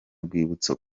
rwibutso